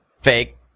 fake